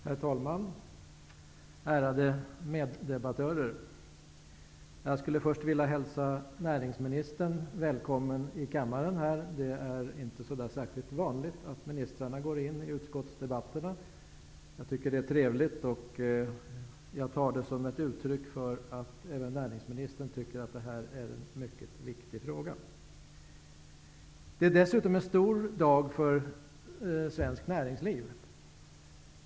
Herr talman! Ärade meddebattörer! Jag skulle först vilja hälsa näringsministern välkommen till kammaren. Det är inte särskilt vanligt att ministrarna går in i kammardebatter om utskottsärenden. Jag tycker att det är trevligt, och jag tar det som ett uttryck för att även näringsministern anser att detta är en mycket viktig fråga. Det är dessutom en stor dag för svenskt näringsliv.